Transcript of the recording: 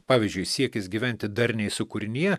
pavyzdžiui siekis gyventi darniai su kūrinija